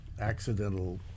accidental